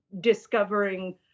discovering